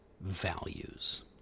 values